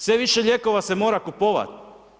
Sve više lijekova se mora kupovati.